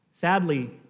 Sadly